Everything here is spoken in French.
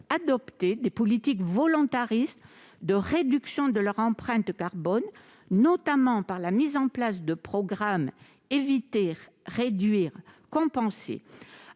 adopté des politiques volontaristes de réduction de leur empreinte carbone, notamment par la mise en place de programmes « éviter, réduire, compenser ».